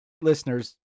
listeners